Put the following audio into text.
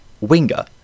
winger